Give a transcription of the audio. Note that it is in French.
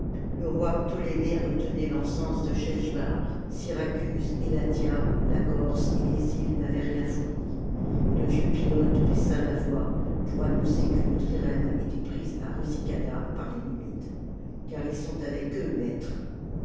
le roi ptolémée retenait l'encens de schesbar syracuse elathia la corse et les îles n'avaient rien fourni et le vieux pilote baissa la voix pour annoncer qu'une trirème était prise à rusicada par les numides car ils sont avec eux maître